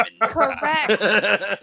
Correct